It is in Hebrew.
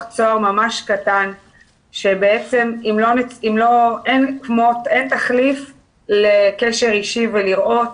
צוהר קטן שבעצם אין תחליף לקשר אישי ולראות.